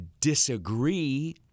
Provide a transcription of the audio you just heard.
disagree